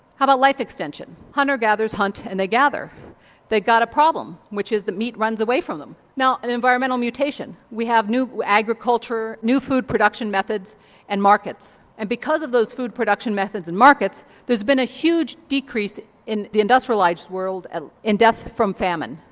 how about life extension? hunter gatherers hunt and they gather they've got a problem which is that meat runs away from them. now an environmental mutation we have new agriculture, new food production methods and markets and because of those food production methods and market there's been a huge decrease in the industrialised world ah in death from famine.